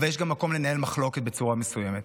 אבל יש גם מקום לנהל מחלוקת בצורה מסוימת.